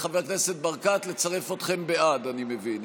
חבר הכנסת ברקת, לצרף אתכם בעד, אני מבין.